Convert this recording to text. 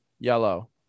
yellow